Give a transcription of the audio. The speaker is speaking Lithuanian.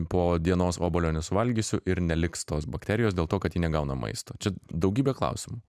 po dienos obuolio nesuvalgysiu ir neliks tos bakterijos dėl to kad ji negauna maisto čia daugybė klausimų